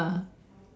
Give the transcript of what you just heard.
ah